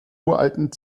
uralten